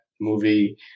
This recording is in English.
movie